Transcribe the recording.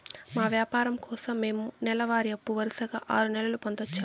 మా వ్యాపారం కోసం మేము నెల వారి అప్పు వరుసగా ఆరు నెలలు పొందొచ్చా?